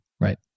Right